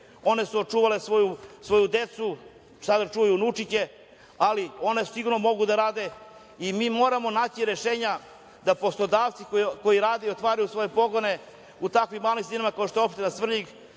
one su očuvale svoju decu, sada čuvaju unučiće, ali one sigurno mogu da rade i mi moramo naći rešenja da poslodavci koji rade i otvaraju svoje pogone u takvim malim sredinama kao što je opština Svrljig,